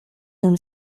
whom